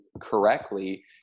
correctly